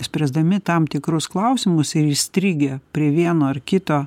spręsdami tam tikrus klausimus ir įstrigę prie vieno ar kito